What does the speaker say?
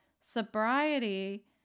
sobriety